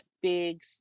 big